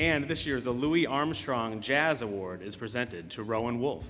and this year the louis armstrong jazz award is presented to rowan w